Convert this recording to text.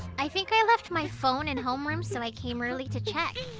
i think i left my phone in homeroom, so i came early to check.